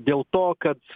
dėl to kad